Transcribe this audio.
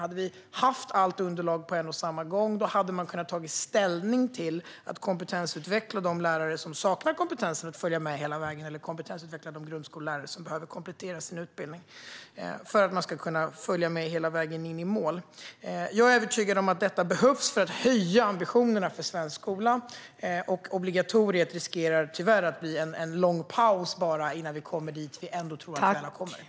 Hade vi haft allt underlag på samma gång hade vi kunnat ta ställning till att kompetensutveckla de lärare som saknar kompetensen att följa med hela vägen, eller de grundskollärare som behöver komplettera sin utbildning för att kunna följa med hela vägen in i mål. Jag är övertygad om att detta behövs för att höja ambitionerna för svensk skola. Obligatoriet riskerar tyvärr att bara bli en lång paus innan vi kommer dit vi tror att vi gärna vill komma.